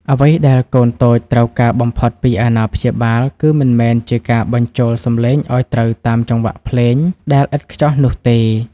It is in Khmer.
អ្វីដែលកូនតូចត្រូវការបំផុតពីអាណាព្យាបាល គឺមិនមែនជាការបញ្ចូលសំឡេងឱ្យត្រូវតាមចង្វាក់ភ្លេងដែលឥតខ្ចោះនោះទេ